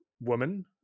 woman